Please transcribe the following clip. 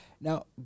Now